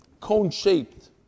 cone-shaped